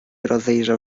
rozejrzał